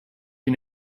you